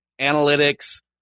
analytics